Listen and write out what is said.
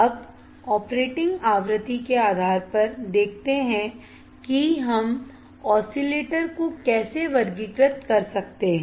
अब ऑपरेटिंग आवृत्ति के आधार पर देखते हैं कि हम ऑसिलेटर को कैसे वर्गीकृत कर सकते हैं